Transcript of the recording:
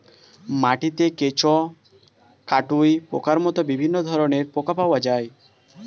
মাটিতে কেঁচো, কাটুই পোকার মতো বিভিন্ন ধরনের পোকা পাওয়া যায়